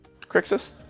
Crixus